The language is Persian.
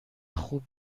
خوب